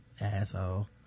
asshole